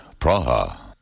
Praha